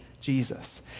Jesus